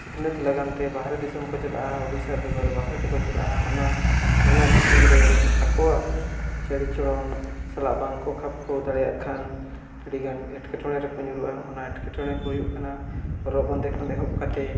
ᱥᱤᱠᱷᱱᱟᱹᱛ ᱞᱟᱜᱟᱛᱮ ᱵᱟᱦᱨᱮ ᱫᱤᱥᱚᱢ ᱠᱚ ᱪᱟᱞᱟᱜᱼᱟ ᱳᱰᱤᱥᱟ ᱵᱮᱜᱚᱨ ᱵᱟᱦᱨᱮ ᱛᱮᱠᱚ ᱪᱟᱞᱟᱜᱼᱟ ᱚᱱᱟ ᱚᱱᱟ ᱫᱤᱥᱚᱢ ᱨᱮ ᱟᱠᱚᱣᱟᱜ ᱪᱟᱹᱲᱤ ᱪᱚᱲᱚᱱ ᱥᱟᱞᱟᱜ ᱵᱟᱝ ᱠᱚ ᱠᱷᱟᱯ ᱠᱚ ᱠᱷᱟᱣᱟ ᱫᱟᱲᱮᱭᱟᱜ ᱠᱷᱟᱱ ᱟᱹᱰᱤ ᱜᱟᱱ ᱮᱴᱠᱮᱴᱚᱬᱮ ᱨᱮᱠᱚ ᱧᱩᱨᱩᱜᱼᱟ ᱚᱱᱟ ᱮᱴᱠᱮᱴᱚᱬᱮ ᱠᱚ ᱦᱩᱭᱩᱜ ᱠᱟᱱᱟ ᱦᱚᱨᱚᱜ ᱵᱟᱫᱮ ᱠᱷᱚᱱ ᱮᱦᱚᱵ ᱠᱟᱛᱮᱫ